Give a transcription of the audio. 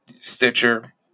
Stitcher